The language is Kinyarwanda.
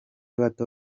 bato